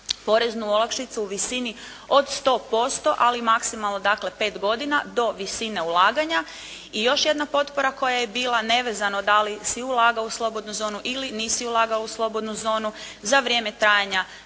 poreznu olakšicu u visini od 100% ali maksimalno dakle 5 godina do visine ulaganja. I još jedna potpora koja je bila nevezano da li si ulagao u slobodnu zonu ili nisi ulagao u slobodnu zonu za vrijeme trajanja